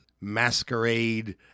masquerade